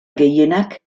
gehienak